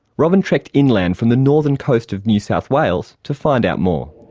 robyn trekked inland from the northern coast of new south wales to find out more.